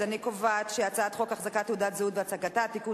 אז אני קובעת שהצעת חוק החזקת תעודת זהות והצגתה (תיקון,